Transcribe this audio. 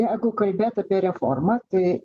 jeigu kalbėt apie reformą tai